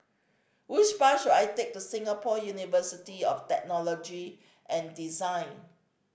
which bus should I take to Singapore University of Technology and Design